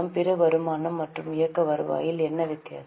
பிற வருமானம் மற்றும் இயக்க வருவாயில் என்ன வித்தியாசம்